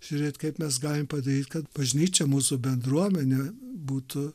žiūrėti kaip mes galime padaryti kad bažnyčia mūsų bendruomenė būtų